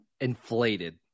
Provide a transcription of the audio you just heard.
inflated